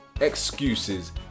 excuses